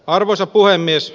arvoisa puhemies